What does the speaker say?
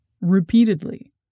repeatedly